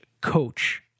coach